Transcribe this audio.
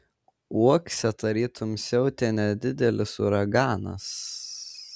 uokse tarytum siautė nedidelis uraganas